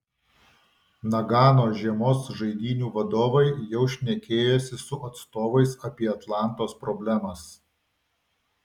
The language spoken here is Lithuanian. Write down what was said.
nagano žiemos žaidynių vadovai jau šnekėjosi su atstovais apie atlantos problemas